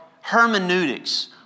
hermeneutics